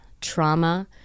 trauma